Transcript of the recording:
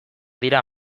dira